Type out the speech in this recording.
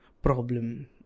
problem